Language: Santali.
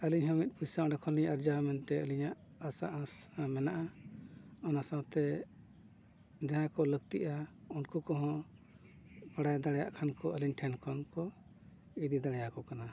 ᱟᱹᱞᱤᱧ ᱦᱚᱸ ᱢᱤᱫ ᱯᱚᱭᱥᱟ ᱚᱸᱰᱮ ᱠᱷᱚᱱᱞᱤᱧ ᱟᱨᱡᱟᱣᱟ ᱢᱮᱱᱛᱮ ᱟᱹᱞᱤᱧᱟᱜ ᱟᱥᱟ ᱟᱸᱥ ᱦᱟᱸ ᱢᱮᱱᱟᱜᱼᱟ ᱚᱱᱟ ᱥᱟᱶᱛᱮ ᱡᱟᱦᱟᱸᱭ ᱠᱚ ᱞᱟᱹᱠᱛᱤᱜᱼᱟ ᱩᱱᱠᱩ ᱠᱚᱦᱚᱸ ᱵᱟᱲᱟᱭ ᱫᱟᱲᱮᱭᱟᱜ ᱠᱷᱟᱱ ᱠᱚ ᱟᱹᱞᱤᱧ ᱴᱷᱮᱱ ᱠᱷᱚᱱ ᱠᱚ ᱤᱫᱤ ᱫᱟᱲᱮᱭᱟ ᱠᱚ ᱠᱟᱱᱟ